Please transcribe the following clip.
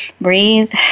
breathe